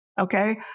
okay